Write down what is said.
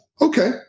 Okay